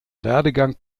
werdegang